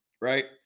right